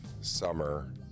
summer